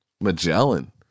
Magellan